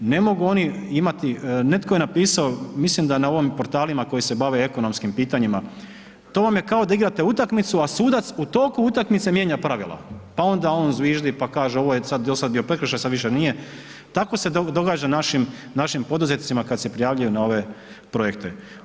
Ne mogu oni imati, netko je napisao, mislim da na ovim portalima koji se bave ekonomskim pitanjima, to vam je kao da igrate utakmicu, a sudac u toku utakmice mijenja pravila, pa onda on zviždi pa kaže ovo je do sad bio prekršaj sad više nije, tako se događa našim poduzetnicima kad se prijavljuju na ove projekte.